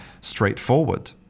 straightforward